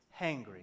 hangry